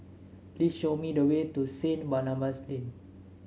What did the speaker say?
please show me the way to Saint Barnabas Lane